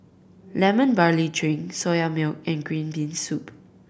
Lemon Barley Drink Soya Milk and green bean soup